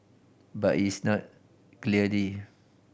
but is not clearly